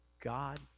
God